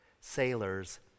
sailors